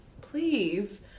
please